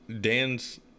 Dan's